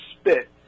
Spit